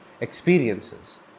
experiences